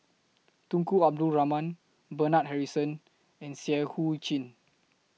Tunku Abdul Rahman Bernard Harrison and Seah EU Chin